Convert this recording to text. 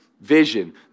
Vision